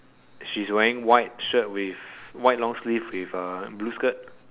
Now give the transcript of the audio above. she's wearing white shirt with white long sleeve with uh blue skirt